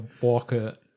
walker